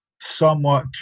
somewhat